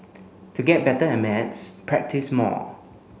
to get better at maths practise more